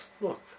look